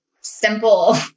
simple